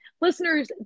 Listeners